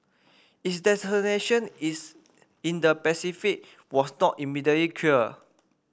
its destination is in the Pacific was not immediately clear